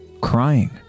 crying